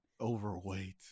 Overweight